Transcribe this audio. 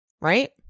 Right